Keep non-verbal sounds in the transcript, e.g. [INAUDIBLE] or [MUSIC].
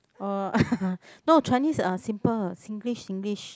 !wah! [LAUGHS] no Chinese uh simple Singlish Singlish